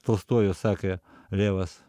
tolstojus sakė levas